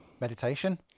meditation